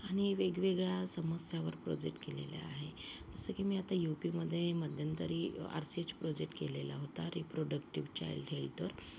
आणि वेगवेगळ्या समस्यावर प्रोजेक्ट केलेले आहे जसं की मी आता यु पीमध्ये मध्यंतरी आर सी एच प्रोजेक्ट केलेला होता रिप्रॉडक्टिव्ह चाईल्ड हेल्थवर